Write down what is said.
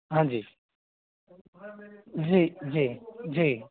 हाँ जी जी जी जी